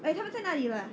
eh 他们在那里了啊